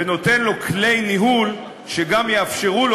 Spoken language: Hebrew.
ונותן לו כלי ניהול שגם יאפשרו לו,